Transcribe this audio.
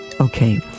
Okay